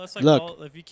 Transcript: Look